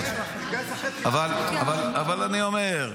אבל אני אומר,